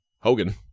Hogan